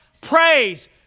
praise